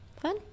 Fun